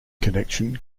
connection